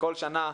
שבכל שנה,